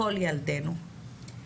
כל ילדינו.